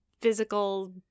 physical